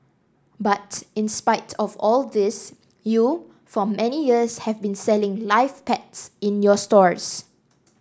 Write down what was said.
but in spite of all of this you for many years have been selling live pets in your stores